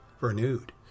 renewed